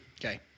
Okay